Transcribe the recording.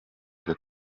der